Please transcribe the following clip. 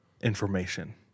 information